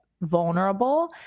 vulnerable